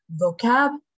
vocab